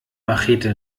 machete